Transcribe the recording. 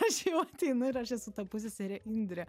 aš jau ateinu ir aš esu ta pusseserė indrė